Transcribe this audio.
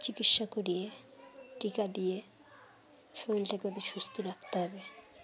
চিকিৎসা করিয়ে টিকা দিয়ে শরীরটাকে ওদের সুস্থ রাখতে হবে